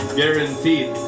guaranteed